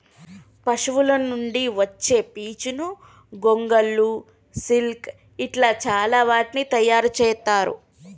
పశువుల నుండి వచ్చే పీచును గొంగళ్ళు సిల్క్ ఇట్లా చాల వాటిని తయారు చెత్తారు